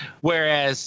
whereas